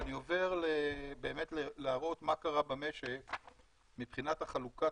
אני רוצה להראות מה קרה במשק מבחינת חלוקת